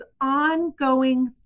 ongoing